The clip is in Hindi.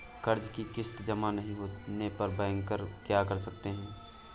कर्ज कि किश्त जमा नहीं होने पर बैंकर क्या कर सकते हैं?